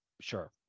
Sure